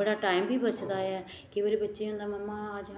बड़ा टाइम बी बचदा ऐ केईं बारी बच्चें ई होंदा मम्मा आज